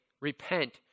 repent